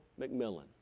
McMillan